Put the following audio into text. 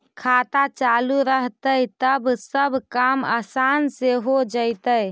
खाता चालु रहतैय तब सब काम आसान से हो जैतैय?